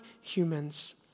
humans